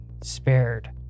spared